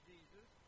Jesus